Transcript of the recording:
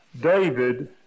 David